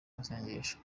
masengesho